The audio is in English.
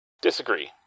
Disagree